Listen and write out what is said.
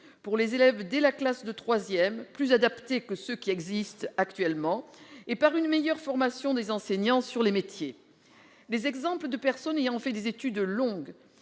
de découverte en entreprise, plus adaptés que ceux qui existent actuellement, et par une meilleure formation des enseignants sur les métiers. Les exemples de personnes ayant fait des études longues